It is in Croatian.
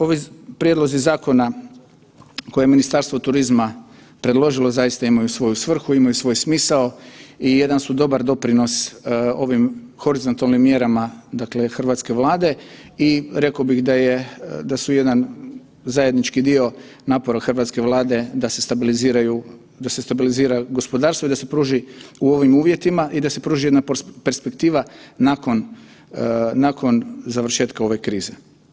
Ova, ovi prijedlozi zakona koje je Ministarstvo turizma predložilo, zaista imaju svoju svrhu, imaju svoj smisao i jedan su dobar doprinos ovim horizontalnim mjerama hrvatske Vlade i rekao bih da je, da su jedan zajednički dio napora hrvatske Vlade da se stabilizira gospodarstvo i da se pruži u ovim uvjetima i da se pruži jedna perspektiva nakon završetka ove krize.